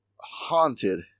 haunted